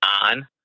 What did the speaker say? on